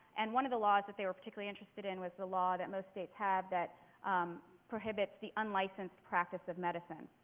and one of the laws that they were particularly interested in was the law that most states have that prohibits the unlicensed practice of medicine.